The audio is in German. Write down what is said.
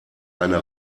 eine